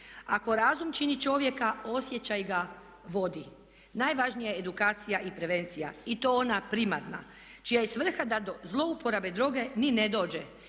Ako razum čini čovjeka osjećaj ga vodi. Najvažnija je edukacija i prevencija i to ona primarna čija je svrha da do zlouporabe droge ni ne dođe,